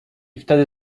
wtedy